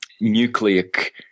nucleic